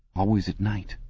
always at night.